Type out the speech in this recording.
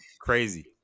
crazy